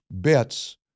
bits